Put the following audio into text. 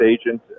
agent